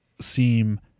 seem